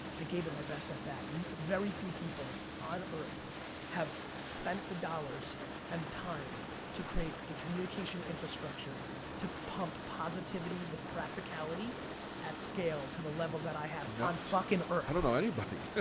i gave it my best at-bat. and very few people on earth have spent the dollars and time to create a communication infrastructure to pump positivity with practicality at scale to the level that i have on on fucking earth. i don't know anybody.